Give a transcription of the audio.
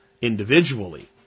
individually